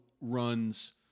runs